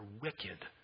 wicked